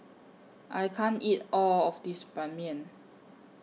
I can't eat All of This Ban Mian